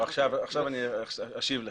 ועכשיו אני אשיב לך.